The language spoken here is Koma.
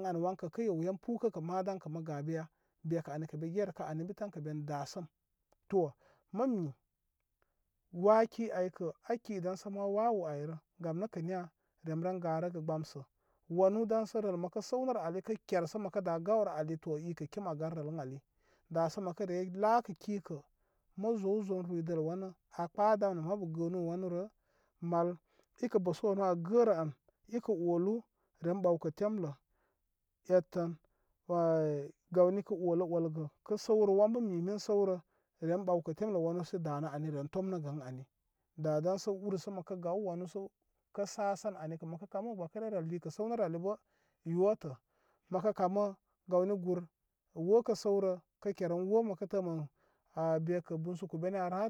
Ən ani wankə kə' yew yen puw kə' kə' maa dan kə' mə ga be ya. Be kə' ani kə' be gerə. kə anin bi tan kə' ben daa səm. To, mə mi, waaki ai kə' aa kii dan sə ma wawo ai rə gam nə' kə niya? Remren garəgə gbaam sə. wanu dan sə rəl məkə səwnərə ali kə ker sə məkə daa gaw rə ali to ikə' kim aa gar rələ ali. Da sə mə kə ree laakə ki kə mə zowzon rwidəl wanə aa kpaa dam nə, mabu gənənuu wanu rə'. mal, i kə bə' su wanu aa gəərə an, i kə' olu' ren ɓawkə temlə. Etə, ə'ə gawni kə' olə olgə ə səwrə, wan bə mimin səw ə ren ɓawkə temlə, wanu sə danə ami ren tomnəgə pa dan sə ur sə mə kə gaw wanusə kə sasan ani kə' mə kə kamu gbaakə ryə rə liikə səwnərə, ali bə yotə mə kə kamə gawni gur wokə səwrə kə kerəm mə kə təə mə a'a be kə bunsuku beni aa rə,